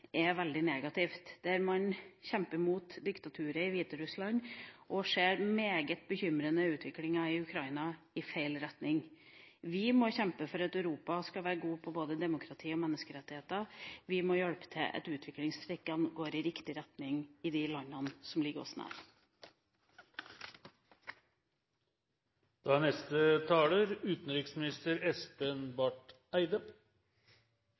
er veldig negativt – der en kjemper mot diktaturet i Hviterussland og ser den meget bekymrende utviklinga i Ukraina, i feil retning. Vi må kjempe for at Europa skal være god på både demokrati og menneskerettigheter, vi må hjelpe til slik at utviklingstrekkene går i riktig retning i de landene som ligger oss